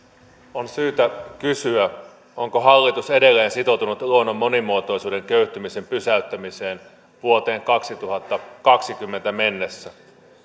on syytä kysyä onko hallitus edelleen sitoutunut luonnon monimuotoisuuden köyhtymisen pysäyttämiseen vuoteen kaksituhattakaksikymmentä mennessä